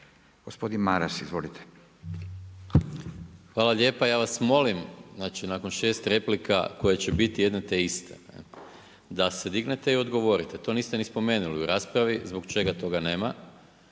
Gordan (SDP)** Hvala lijepa. Ja vas molim, znači nakon 6 replika koje će biti jedne te iste da se dignete i odgovorite, to niste ni spomenuli u raspravi, zbog čega toga nema.